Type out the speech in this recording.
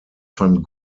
van